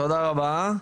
תודה רבה.